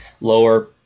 lower